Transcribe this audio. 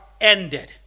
ended